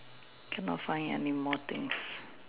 cannot find anymore things